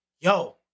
Yo